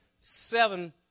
seven